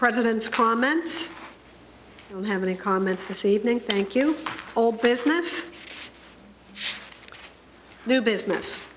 president's comments i don't have any comments this evening thank you old business new business